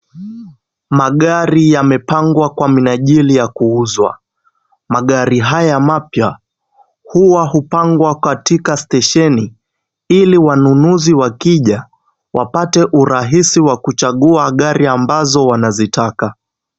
Magari yamepangwa kwa mnajili ya kuuzwa. Magari haya mapya huwa hupangwa katika stesheni, ili wanunuzi wakija, wapate urahisi wa kuchagua gari ambazo wanazitaka.